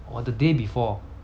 or the day before